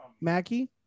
Mackie